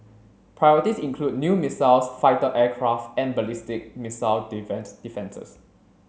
priorities include new missiles fighter aircraft and ballistic missile defences